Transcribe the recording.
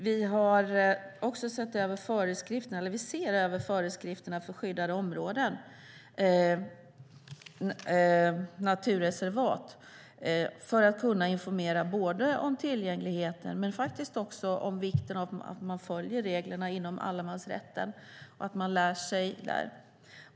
Vi ser över föreskrifterna för skyddade områden, naturreservat, för att kunna informera både om tillgängligheten och om vikten av att man följer reglerna inom allemansrätten och att man lär sig vad som gäller.